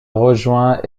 rejoint